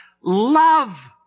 love